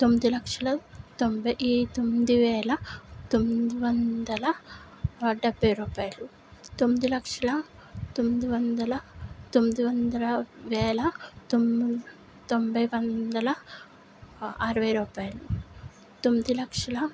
తొమ్మిది లక్షల తొంభై ఎయి తొమ్మిది వేల తొమ్మిది వందల డెబ్బై రూపాయలు తొమ్మిది లక్షల తొమ్మిది వందల తొమ్మిది వందల వేల తొమ్మిది తొంభై వందల అరవై రూపాయలు తొమ్మిది లక్షల